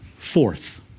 fourth